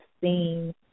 seen